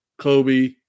Kobe